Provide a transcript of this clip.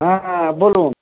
হ্যাঁ বলুন